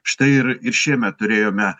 štai ir ir šiemet turėjome